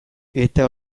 eta